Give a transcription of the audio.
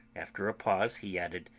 after a pause he added,